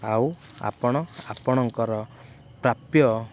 ଆଉ ଆପଣ ଆପଣଙ୍କର ପ୍ରାପ୍ୟ